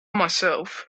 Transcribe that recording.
myself